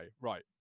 Right